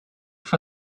for